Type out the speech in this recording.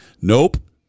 nope